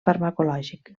farmacològic